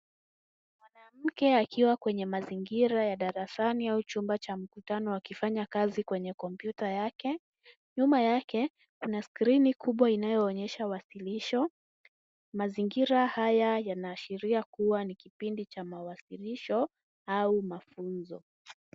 Mwanamke akiwa kwenye mazingira ya darasani au chumba cha mkutano akifanya kazi kwenye kompyuta yake. Nyuma yake kuna skrini kubwa inayoonyesha uwasilisho. Mazingira haya yanaashiria kuwa ni kipindi cha mawasilisho au mafunzo.